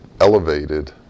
elevated